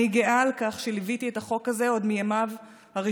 אני גאה על כך שליוויתי את החוק זה עוד מימיו הראשונים,